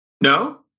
No